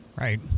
Right